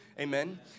Amen